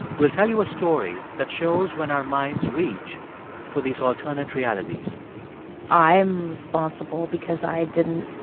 we'll tell you a story that shows when our minds reach for these alternate realities i'm responsible because i didn't